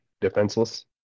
defenseless